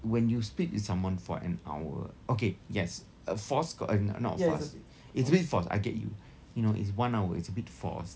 when you speak to someone for an hour okay yes a force could um not force it's a bit forced I get you you know is one hour it's a bit forced